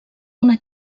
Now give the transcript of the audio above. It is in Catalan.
una